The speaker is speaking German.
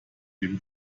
dem